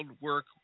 work